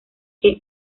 que